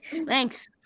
thanks